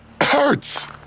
hurts